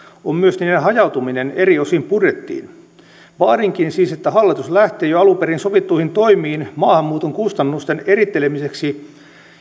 on myöskin niiden hajautuminen eri osiin budjettia vaadinkin siis että hallitus lähtee jo alun perin sovittuihin toimiin maahanmuuton kustannusten erittelemiseksi